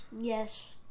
Yes